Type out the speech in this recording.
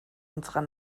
unserer